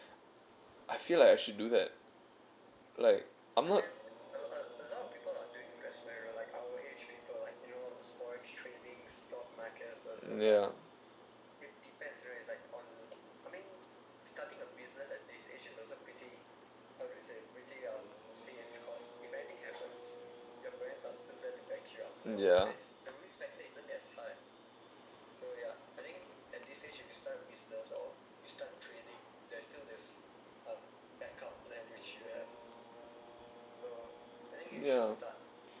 I feel like I should do that like I'm not yeah yeah yeah